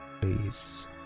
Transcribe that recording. Please